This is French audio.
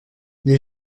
les